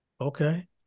Okay